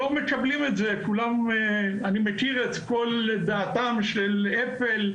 שלא מקבלים את זה, אני מכיר את דעתם של הדוברים,